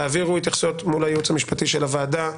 תעבירו התייחסויות מול הייעוץ המשפטי של הוועדה.